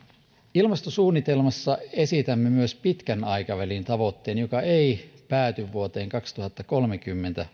ilmastosuunnitelmassa esitämme myös pitkän aikavälin tavoitteen joka ei pääty vuoteen kaksituhattakolmekymmentä